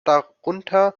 darunter